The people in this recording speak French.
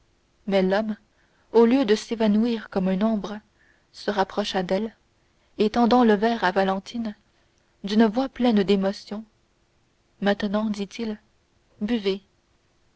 mais l'homme au lieu de s'évanouir comme une ombre se rapprocha d'elle et tendant le verre à valentine d'une voix pleine d'émotion maintenant dit-il buvez